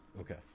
Okay